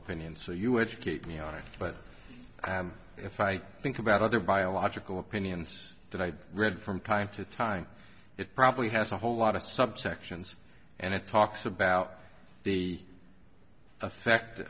opinion so you educate me on it but if i think about other biological opinions that i've read from time to time it probably has a whole lot of subsections and it talks about the effect